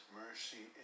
mercy